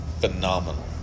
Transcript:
Phenomenal